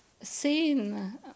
seen